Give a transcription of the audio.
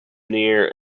near